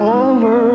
over